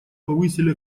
повысили